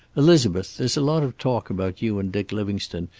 elizabeth, there's a lot of talk about you and dick livingstone,